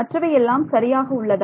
மற்றவை எல்லாம் சரியாக உள்ளதா